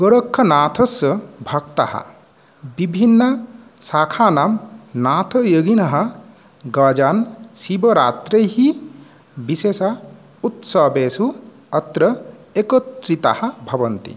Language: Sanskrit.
गोरखनाथस्य भक्तः विभिन्नशाखानां नाथयोगिनः गजान् शिवरात्रैः विशेष उत्सवेषु अत्र एकत्रिताः भवन्ति